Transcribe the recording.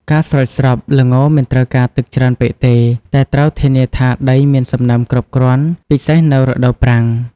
ការស្រោចស្រព ល្ងមិនត្រូវការទឹកច្រើនពេកទេ តែត្រូវធានាថាដីមានសំណើមគ្រប់គ្រាន់ ពិសេសនៅរដូវប្រាំង។